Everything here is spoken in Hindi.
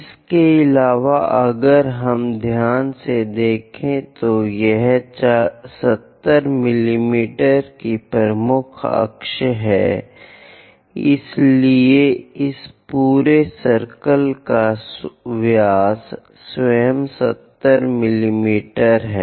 इसके अलावा अगर हम ध्यान से देखें तो यह 70 मिमी की प्रमुख अक्ष है इसलिए इस पूरे सर्कल का व्यास स्वयं 70 मिमी है